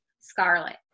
Scarlet